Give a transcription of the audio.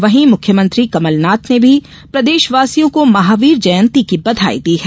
वहीं मुख्यमंत्री कमलनाथ ने भी प्रदेशवासियों को महावीर जयंती की बधाई दी है